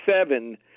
seven